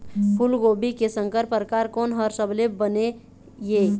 फूलगोभी के संकर परकार कोन हर सबले बने ये?